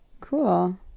cool